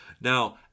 Now